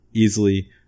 easily